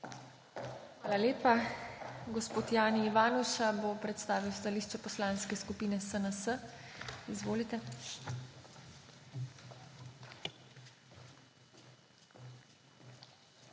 Hvala lepa. Gospod Jani Ivanuša bo predstavil stališče Poslanske skupine SNS. Izvolite. **JANI